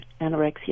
anorexia